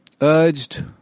urged